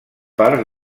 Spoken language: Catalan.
part